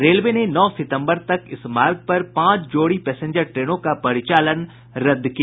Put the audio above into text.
railway ने नौ सितम्बर तक इस मार्ग पर पांच जोड़ी पैसेंजर ट्रेनों का परिचालन रद्द किया